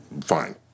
Fine